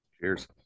Cheers